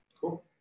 Cool